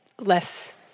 less